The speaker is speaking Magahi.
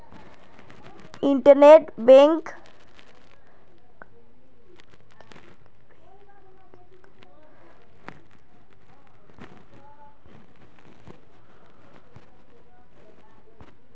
इंटरनेट बैंकिंग स डिपॉजिट आर इन्वेस्टमेंट दख्वा स ख छ